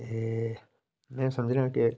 ते मैं समझना के